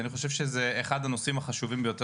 אני חושב שזה אחד הנושאים החשובים ביותר